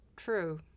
true